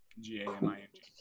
G-A-M-I-N-G